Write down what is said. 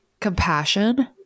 Compassion